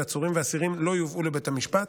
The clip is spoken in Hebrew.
ועצורים ואסירים לא יובאו לבית המשפט.